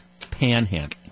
panhandling